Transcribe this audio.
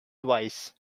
twice